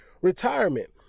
retirement